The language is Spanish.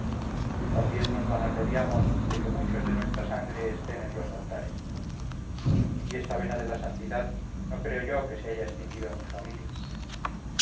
también nos vanagloriamos de que muchos de nuestra sangre estén en los altares y esta vena de la santidad no creo yo que se haya extinguido en mi familia